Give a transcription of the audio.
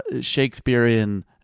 Shakespearean